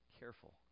careful